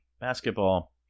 basketball